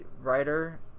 writer